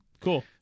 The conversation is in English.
cool